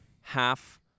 half